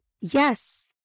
yes